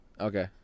Okay